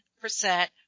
percent